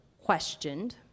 questioned